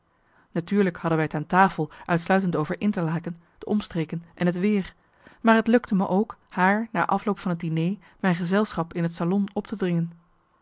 natuurlijk hadden wij t aan tafel uitsluitend over interlaken de omstreken en het weer maar het lukte me ook haar na afloop van het dîner mijn gezelschap in het salon op te dringen